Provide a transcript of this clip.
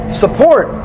support